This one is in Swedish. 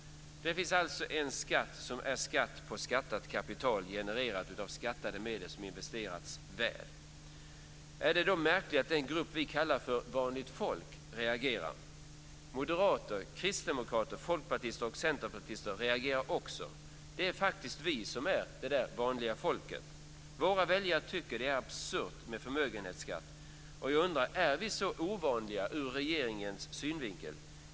Det finns alltså en skatt som är skatt på skattat kapital genererat av skattade medel som investerats väl. Är det då märkligt att den grupp som vi kallar för vanligt folk reagerar? Moderater, kristdemokrater, folkpartister och centerpartister reagerar också. Det är faktiskt vi som är vanligt folk. Våra väljare tycker att det är absurt med förmögenhetsskatt. Jag undrar: Är vi så ovanliga ur regeringens synvinkel?